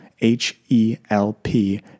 H-E-L-P